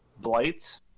blight